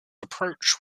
approach